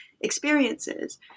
experiences